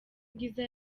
bwiza